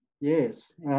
Yes